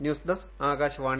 news desk Akashvani